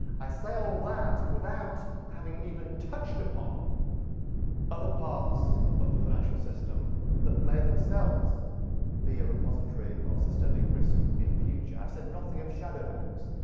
i say all that without having even touched upon other parts of the financial system that may themselves be a repository of systemic risk in future. i've said nothing of shadow banks.